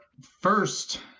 first